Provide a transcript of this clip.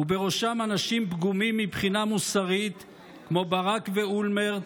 ובראשם אנשים פגומים מבחינה מוסרית כמו ברק ואולמרט,